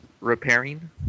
Repairing